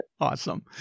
Awesome